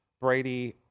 Brady